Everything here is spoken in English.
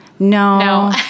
no